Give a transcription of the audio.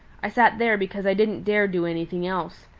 i sat there because i didn't dare do anything else.